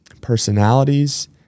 personalities